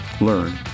learn